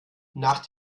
nach